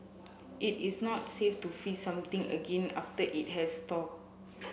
it is not safe to freeze something again after it has thawed